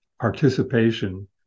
participation